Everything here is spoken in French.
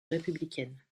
républicaine